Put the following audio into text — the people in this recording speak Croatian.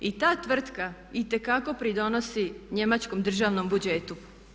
I ta tvrtka itekako pridonosi njemačkom državnom budžetu.